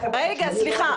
רגע, סליחה.